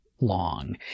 long